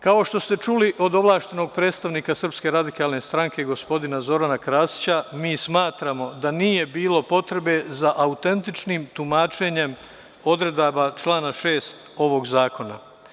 Kao što ste čuli od ovlašćenog predstavnika SRS gospodina Zorana Krasića, mi smatramo da nije bilo potrebe za autentičnim tumačenjem odredbi člana 6. ovog zakona.